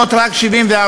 של כולנו.